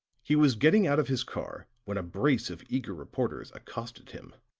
he was getting out of his car when a brace of eager reporters accosted him.